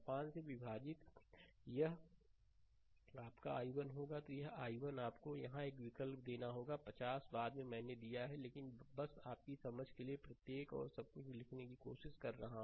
5 से विभाजित यह आपका i1 होगा तो यह i1 आपको यहां विकल्प देना होगा 50 बाद में मैंने दिया है लेकिन बस आपकी समझ के लिए प्रत्येक और सब कुछ लिखने की कोशिश कर रहा है